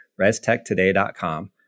restechtoday.com